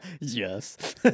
yes